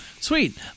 Sweet